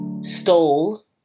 stole